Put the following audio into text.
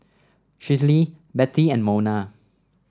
Schley Bettie and Mona